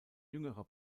jüngerer